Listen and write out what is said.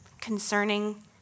concerning